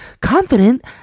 Confident